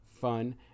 fun